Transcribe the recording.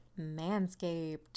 Manscaped